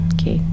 Okay